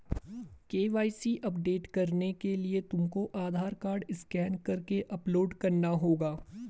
KYC update करने के लिए तुमको आधार कार्ड स्कैन करके अपलोड करना होगा